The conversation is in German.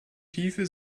tiefe